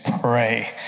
pray